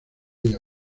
ella